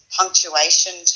punctuation